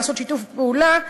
לעשות שיתוף פעולה,